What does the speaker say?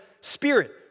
spirit